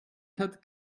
hat